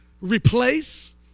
Replace